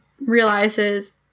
realizes